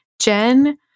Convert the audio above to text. Jen